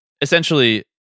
essentially